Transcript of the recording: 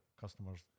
customers